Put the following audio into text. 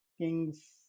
kings